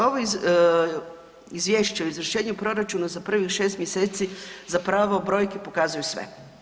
Ovo izvješće o izvršenju proračuna za prvih 6 mjeseci zapravo brojke pokazuju sve.